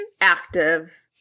active